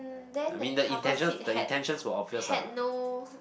mm then the couple seat had had no